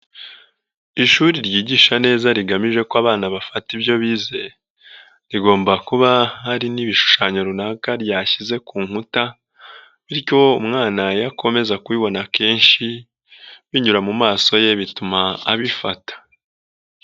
Ishuri ryigisha neza rigamije ko abana bafata ibyo bizeye, rigomba kuba hari n'ibishushanyo runaka ryashyize ku nkuta, bityo umwana iyo akomeza kubibona kenshi, binyura mu maso ye bituma abifata.